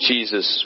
Jesus